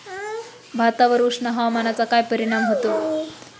भातावर उष्ण हवामानाचा काय परिणाम होतो?